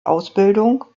ausbildung